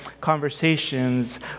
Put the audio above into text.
conversations